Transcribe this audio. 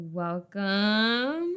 welcome